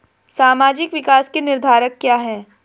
सामाजिक विकास के निर्धारक क्या है?